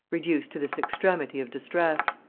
reduced to this extremity of distress,